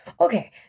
okay